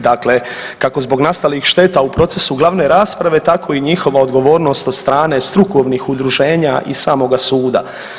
Dakle, kako zbog nastalih šteta u procesu glavne rasprave tako i njihova odgovornost od strane strukovnih udruženja i samoga suda.